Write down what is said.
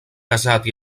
casat